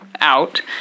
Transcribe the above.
out